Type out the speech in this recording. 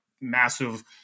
massive